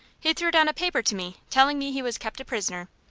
he threw down a paper to me, telling me he was kept a prisoner.